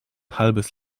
halbes